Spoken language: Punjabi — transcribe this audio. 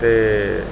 ਅਤੇ